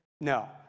No